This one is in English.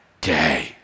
day